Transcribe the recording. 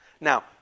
Now